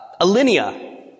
Alinea